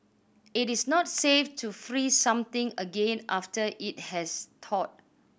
it is not safe to freeze something again after it has thawed